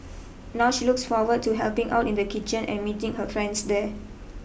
now she looks forward to helping out in the kitchen and meeting her friends there